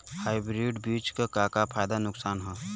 Hybrid बीज क का फायदा नुकसान ह?